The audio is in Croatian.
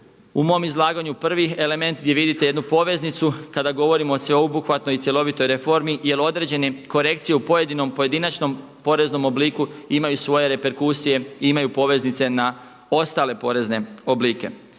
u mom izlaganju prvi element gdje vidite jednu poveznicu kada govorimo o sveobuhvatnoj i cjelovitoj reformi jer određene korekcije u pojedinom pojedinačnom poreznom obliku imaju svoje reperkusije i imaju poveznice na ostale porezne oblike.